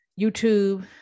YouTube